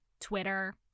Twitter